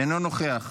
אינו נוכח.